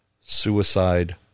suicide